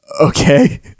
okay